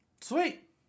sweet